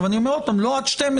אני אומר עוד פעם: לא עד 12,